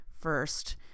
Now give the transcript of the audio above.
first